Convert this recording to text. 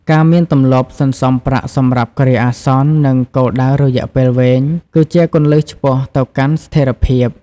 ការមានទម្លាប់សន្សំប្រាក់សម្រាប់គ្រាអាសន្ន និងគោលដៅរយៈពេលវែង គឺជាគន្លឹះឆ្ពោះទៅកាន់ស្ថិរភាព។